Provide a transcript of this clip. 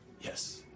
yes